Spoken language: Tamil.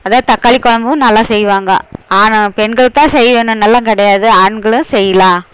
அதே தக்காளி கொழம்பும் நல்லா செய்வாங்க ஆண் பெண்கள் தான் செய்யோணுன்னெல்லாம் கிடையாது ஆண்களும் செய்யலாம்